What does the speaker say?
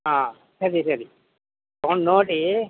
ಹಾಂ ಸರಿ ಸರಿ ತಗೊಂಡು ನೋಡಿ